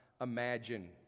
imagine